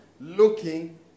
looking